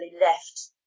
left